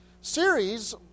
series